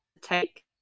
take